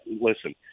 listen